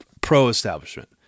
pro-establishment